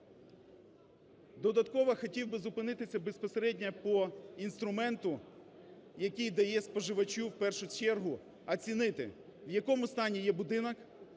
Додатково хотів би зупинитися безпосередньо по інструменту, який дає споживачу в першу чергу оцінити, в якому стані є будинок,